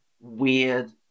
weird